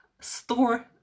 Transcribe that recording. store